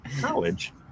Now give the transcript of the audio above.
College